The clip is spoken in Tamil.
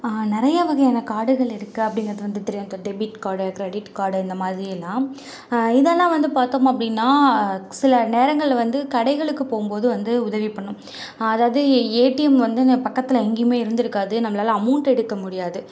நிறைய வகையான கார்டுகள் இருக்குது அப்பிடிங்குறது வந்து தெரியும் இந்த டெபிட் கார்டு கிரெடிட் கார்டு இந்த மாதிரி எல்லாம் இதெல்லாம் வந்து பார்த்தோம் அப்படினா சில நேரங்களில் வந்து கடைகளுக்கு போகும்போது வந்து உதவி பண்ணும் அதாவது ஏடிஎம் வந்து அந்த பக்கத்தில் எங்கேயுமே இருந்திருக்காது நம்மளால் அமௌண்ட் எடுக்க முடியாது